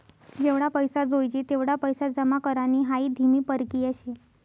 जेवढा पैसा जोयजे तेवढा पैसा जमा करानी हाई धीमी परकिया शे